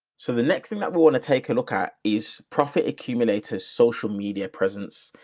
so the next thing that we'll want to take a look at is profit accumulators, social media presence.